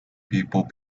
people